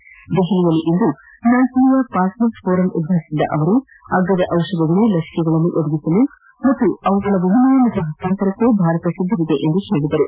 ನವದೆಹಲಿಯಲ್ಲಿಂದು ನಾಲ್ಕನೇ partners forum ಉದ್ವಾಟಿಸಿದ ಅವರು ಅಗ್ಗದ ದಿಷಧಗಳು ಲಸಿಕೆಗಳನ್ನು ಒದಗಿಸಲು ಹಾಗೂ ಅವುಗಳ ವಿನಿಮಯ ಮತ್ತು ಹಸ್ತಾಂತರಕ್ಕೂ ಭಾರತ ಸಿದ್ದವಿದೆ ಎಂದು ಹೇಳಿದರು